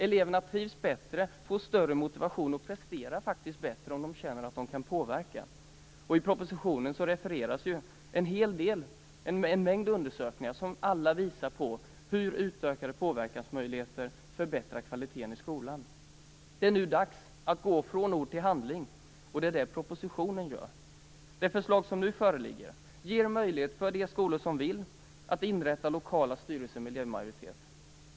Eleverna trivs bättre, får större motivation och presterar faktiskt bättre om de känner att de kan påverka. I propositionen refereras en mängd undersökningar som alla visar hur utökade påverkansmöjligheter förbättrar kvaliteten i skolan. Det är nu dags att gå från ord till handling, och det är vad propositionen gör. Det förslag som nu föreligger ger möjlighet för de skolor som vill att inrätta lokala styrelser med elevmajoritet.